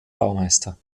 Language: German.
baumeister